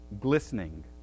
glistening